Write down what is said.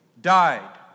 died